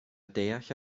deall